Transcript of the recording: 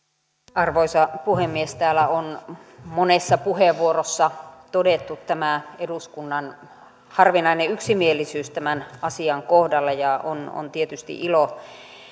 arvoisa puhemies täällä on monessa puheenvuorossa todettu eduskunnan harvinainen yksimielisyys tämän asian kohdalla ja on tietysti ilo